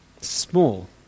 Small